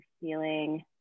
feeling